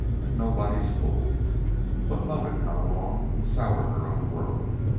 and nobody's fool but love had come along and soured her on the world,